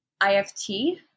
IFT